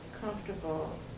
comfortable